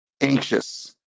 anxious